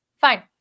fine